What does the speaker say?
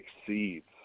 Exceeds